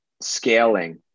scaling